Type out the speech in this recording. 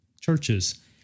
churches